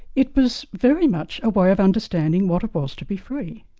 it was very much a way of understanding what it was to be free.